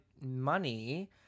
money